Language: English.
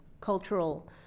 cultural